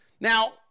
Now